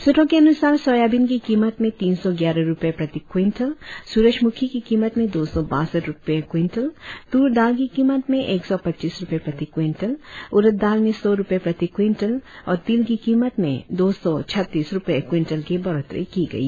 सुत्रों के अनुसार सोयाबीन की कीमत में तीन सौ ग्यारह रुपये प्रति क्विंटल सुरजमुखी की कीमत में दो सौ बासठ रुपये क्विंटल तूर दाल की कीमत में एक सौ पच्चीस रुपये प्रति क्विंटल उड़द दाल में सौ रुपये प्रति क्विंटल और तिल की कीमत में दो सौ छत्तीस रुपये क्विंटल की बढ़ॊत्तरी की गई है